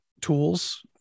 tools